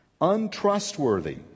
untrustworthy